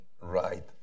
right